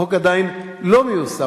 החוק עדיין לא מיושם,